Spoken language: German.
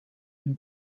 den